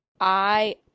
I-